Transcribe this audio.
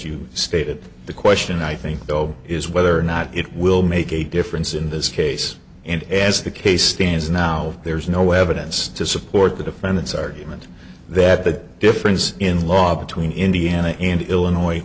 you stated the question i think though is whether or not it will make a difference in this case and as the case stands now there's no evidence to support the defendant's argument that the difference in law between indiana and illinois